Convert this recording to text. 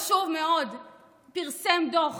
מאוד ופרסם דוח